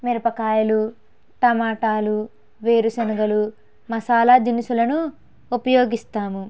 మిరపకాయలు టమోటాలు వేరుశనగలు మసాల దినుసులను ఉపయోగిస్తాము